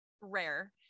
rare